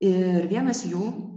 ir vienas jų